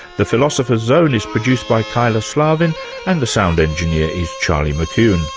the philosopher's zone is produced by kyla slaven and the sound engineer is charlie mccune.